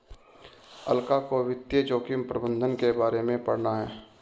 अलका को वित्तीय जोखिम प्रबंधन के बारे में पढ़ना है